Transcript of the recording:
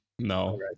no